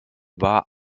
war